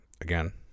again